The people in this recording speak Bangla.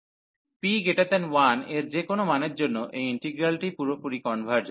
p1 এর যে কোনও মানের জন্য এই ইন্টিগ্রালটি পুরোপুরি কনভার্জ হয়